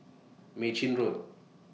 Mei Chin Road